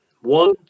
one